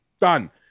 Done